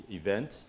event